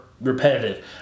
repetitive